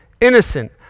innocent